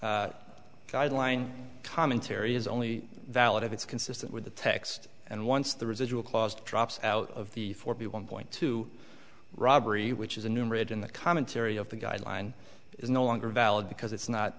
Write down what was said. a guideline commentary is only valid if it's consistent with the text and once the residual clause drops out of the four b one point two robbery which is a new marriage in the commentary of the guideline is no longer valid because it's